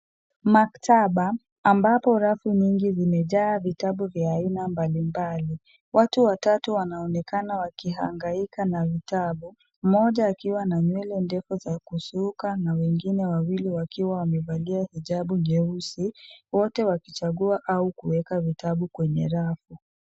Maktaba ambapo rafu nyingi zimejaa vitabu vya aina mbalimbali. Watu watatu wanaonekana wakihangaika na vitabu mmoja akiwa na nywele ndefu za kusuka na wengine wawili wakiwa wamevalia hijabu nyeusi wote wakichagua au kuweka vitabu kwenye rafu.